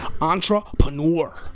Entrepreneur